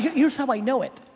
here's how i know it.